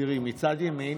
תודה רבה.